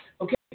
Okay